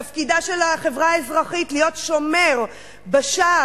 תפקידה של החברה האזרחית להיות שומר בשער,